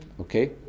Okay